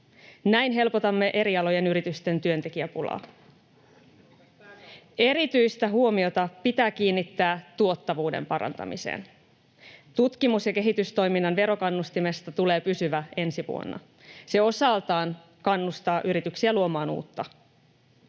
Kuinkas pääkaupunkiseudulla?] Erityistä huomiota pitää kiinnittää tuottavuuden parantamiseen. Tutkimus- ja kehitystoiminnan verokannustimesta tulee pysyvä ensi vuonna. Se osaltaan kannustaa yrityksiä luomaan uutta.